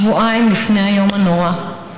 כתבה לחברתה הטובה הודעה רק שבועיים לפני היום הנורא.